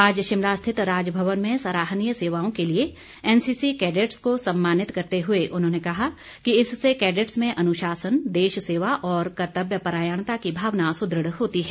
आज शिमला स्थित राजभवन में सराहनीय सेवाओं के लिए एनसीसी कैडेट्स को सम्मानित करते हुए उन्होंने कहा कि इससे कैडेट्स में अनुशासन देश सेवा और कर्तव्य परायण्ता की भावना सुदृढ़ होती है